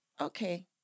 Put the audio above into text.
Okay